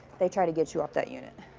they try to get you off that unit.